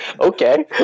okay